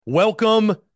Welcome